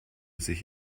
sich